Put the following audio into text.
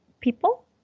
people